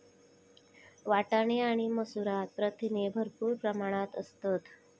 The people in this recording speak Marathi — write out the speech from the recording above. वाटाणे आणि मसूरात प्रथिने भरपूर प्रमाणात असतत